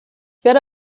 werde